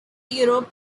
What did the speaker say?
europe